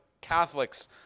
Catholics